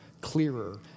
clearer